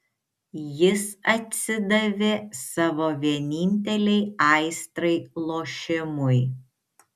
jis atsidavė savo vienintelei aistrai lošimui